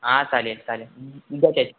हां चालेल चालेल द्यायचे